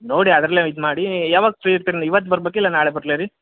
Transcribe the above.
ನೋಡಿ ಅದರಲ್ಲೇ ಇದು ಮಾಡಿ ಯಾವಾಗ ಫ್ರೀ ಇರ್ತಾದೆ ಇವತ್ತು ಬರ್ಬೇಕು ಇಲ್ಲ ನಾಳೆ ಬರ್ಲಾ ರೀ